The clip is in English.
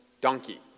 donkey